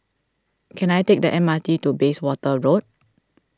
can I take the M R T to Bayswater Road